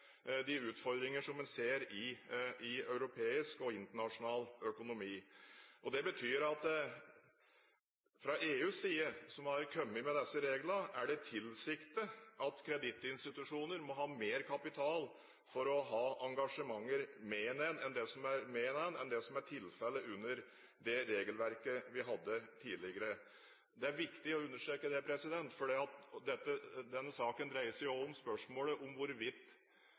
de utfordringer som en ser i europeisk og internasjonal økonomi. Det betyr at fra EUs side, som har kommet med disse reglene, er det tilsiktet at kredittinstitusjoner må ha mer kapital for å ha engasjementer, mer enn det som er tilfellet under det regelverket vi hadde tidligere. Det er viktig å understreke det, for denne saken dreier seg om spørsmålet om hvorvidt